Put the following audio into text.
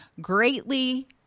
greatly